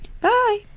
bye